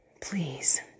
please